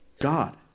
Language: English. God